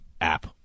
app